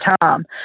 time